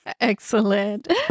Excellent